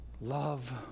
Love